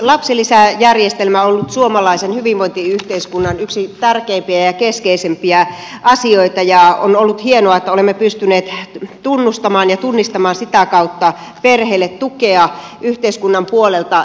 lapsilisäjärjestelmä on ollut suomalaisen hyvinvointiyhteiskunnan yksi tärkeimpiä ja keskeisimpiä asioita ja on ollut hienoa että olemme pystyneet tunnustamaan ja tunnistamaan sitä kautta perheille tukea yhteiskunnan puolelta